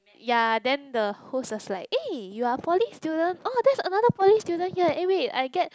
ya then the host was like eh you are poly student oh there's another poly student here eh wait I get